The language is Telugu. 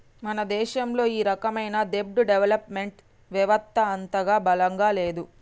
మన దేశంలో ఈ రకమైన దెబ్ట్ డెవలప్ మెంట్ వెవత్త అంతగా బలంగా లేదు